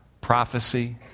prophecy